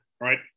right